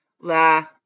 La